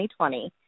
2020